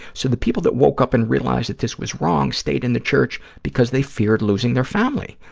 so, the people that woke up and realized that this was wrong stayed in the church because they feared losing their family.